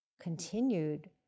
Continued